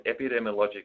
epidemiologic